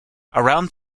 around